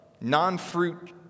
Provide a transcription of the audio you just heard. non-fruit